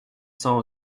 sans